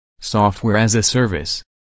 software-as-a-service